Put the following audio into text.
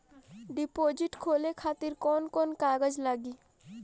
Deposit खोले खातिर कौन कौन कागज लागी?